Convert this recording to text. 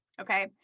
Okay